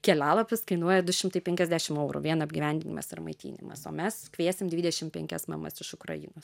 kelialapis kainuoja du šimtai penkiasdešim eurų vien apgyvendinimas ir maitinimas o mes kviesim dvidešim penkias mamas iš ukrainos